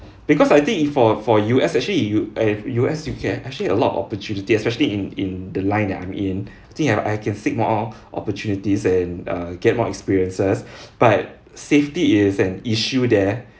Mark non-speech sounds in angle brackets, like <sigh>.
because I think if for for U_S actually you eh U_S you can actually a lot of opportunity especially in in the line that I'm in I think I I can seek more opportunities and uh get more experiences <breath> but safety is an issue there